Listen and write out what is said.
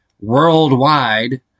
worldwide